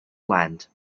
land